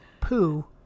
poo